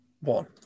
one